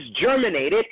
germinated